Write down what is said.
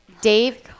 Dave